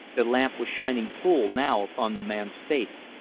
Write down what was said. the lamp was shining full now upon the man's face,